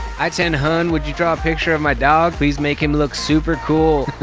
hi ten hun, would you draw a picture of my dog? please make him look super cool.